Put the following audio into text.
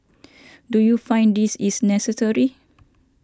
do you find this is necessary